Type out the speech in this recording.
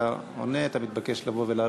אין מתנגדים, אין